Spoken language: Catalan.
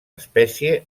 espècie